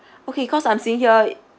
okay cause I'm seeing here